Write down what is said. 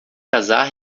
casar